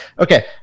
okay